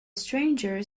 stranger